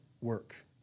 work